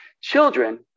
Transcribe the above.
Children